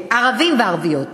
כן, ערבים וערביות,